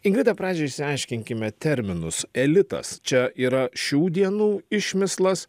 ingrida pradžiai išsiaiškinkime terminus elitas čia yra šių dienų išmislas